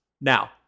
Now